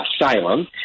asylum